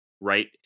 Right